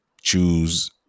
choose